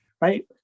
right